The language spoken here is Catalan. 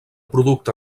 producte